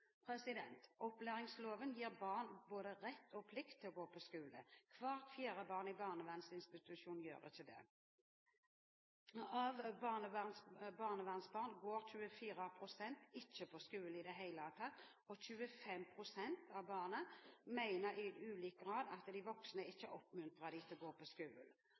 Opplæringsloven gir barn både rett og plikt til å gå på skole, men hvert fjerde barn i barnevernsinstitusjon gjør ikke det. Av barnevernsbarn går 24 pst. ikke på skolen i det hele tatt, og 25 pst. av barna mener i ulik grad at de voksne ikke oppmuntrer dem til å gå på